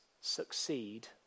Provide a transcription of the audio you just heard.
succeed